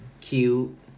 cute